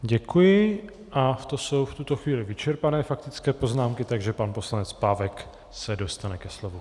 Děkuji a to jsou v tuto chvíli vyčerpané faktické poznámky, takže pan poslanec Pávek se dostane ke slovu.